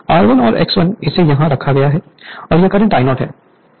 R1 और X1 इसे यहाँ रखा गया है और यह करंट I0 है